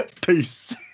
Peace